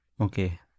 okay